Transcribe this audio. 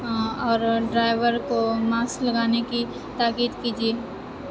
اور ڈرائیور کو ماسک لگانے کی تاکید کیجیے